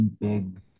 big